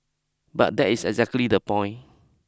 but that is exactly the point